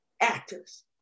actors